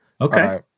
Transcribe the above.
Okay